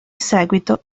seguito